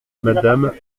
madame